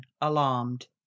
alarmed